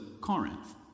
Corinth